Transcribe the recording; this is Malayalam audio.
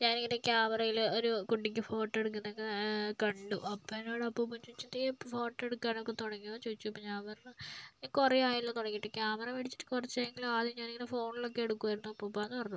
ഞാനിങ്ങനെ ക്യാമറയില് ഒരു കുട്ടിക്ക് ഫോട്ടോ എടുക്കുന്നതൊക്കെ കണ്ടു അപ്പോൾ എന്നോട് അപ്പൂപ്പൻ ചോദിച്ച് നീ ഇപ്പോൾ ഫോട്ടോ എടുക്കാനൊക്കെ തുടങ്ങിയോന്ന് ചോദിച്ചു അപ്പം ഞാൻ പറഞ്ഞു ഞാൻ കുറെ ആയല്ലോ തുടങ്ങിയിട്ട് ക്യാമറ മേടിച്ചിട്ട് കുറച്ചായെങ്കിലും ആദ്യം ഞാനിങ്ങനെ ഫോണിലൊക്കെ എടുക്കുവായിരുന്നു അപ്പൂപ്പാന്ന് പറഞ്ഞു